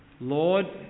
Lord